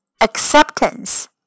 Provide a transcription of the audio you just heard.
acceptance